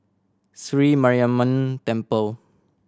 Sri Mariamman Temple